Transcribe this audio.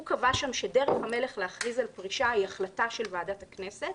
הוא קבע שם שדרך המלך להכריז על פרישה היא החלטה של ועדת הכנסת,